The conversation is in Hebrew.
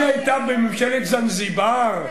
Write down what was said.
וואי, וואי, תדבר, היא היתה בממשלת זנזיבר?